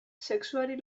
sexuari